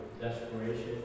desperation